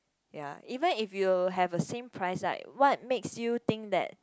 ya even if you have a same price like what makes you think that